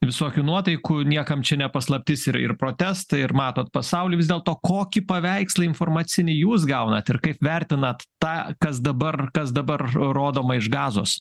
visokių nuotaikų niekam čia ne paslaptis ir ir protestai ir matot pasaulį vis dėlto kokį paveikslą informacinį jūs gaunat ir kaip vertinat tą kas dabar kas dabar rodoma iš gazos